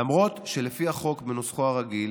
למרות שלפי החוק בנוסחו הרגיל